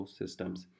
systems